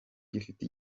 gifite